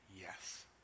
yes